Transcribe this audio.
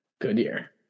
Goodyear